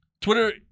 twitter